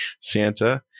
Santa